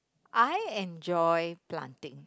I enjoy planting